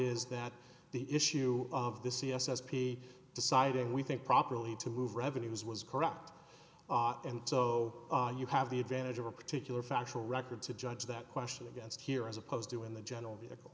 is that the issue of the c s s p deciding we think properly to move revenues was correct and so you have the advantage of a particular factual record to judge that question against here as opposed to in the general vehicle